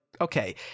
okay